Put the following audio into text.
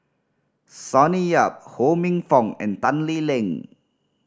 Sonny Yap Ho Minfong and Tan Lee Leng